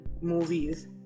movies